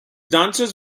dancers